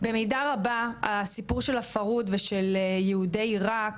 במידה רבה, הסיפור של הפרהוד ושל יהודי עירק